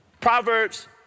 Proverbs